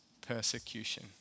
persecution